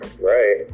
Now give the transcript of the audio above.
Right